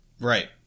Right